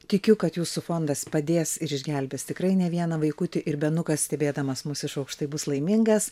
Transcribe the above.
tikiu kad jūsų fondas padės ir išgelbės tikrai ne vieną vaikutį ir benukas stebėdamas mus iš aukštai bus laimingas